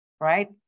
right